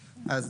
אז,